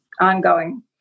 ongoing